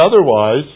otherwise